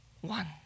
One